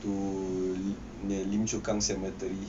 to lim chu kang cemetery